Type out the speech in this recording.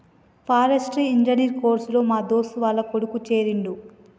forestry engineer course లో మా దోస్తు వాళ్ల కొడుకు చేరిండు